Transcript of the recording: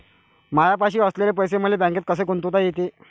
मायापाशी असलेले पैसे मले बँकेत कसे गुंतोता येते?